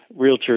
realtors